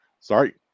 Sorry